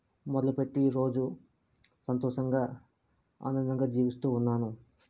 మొదలుపెట్టి ఈరోజు సంతోషంగా ఆనందంగా జీవిస్తూ ఉన్నాను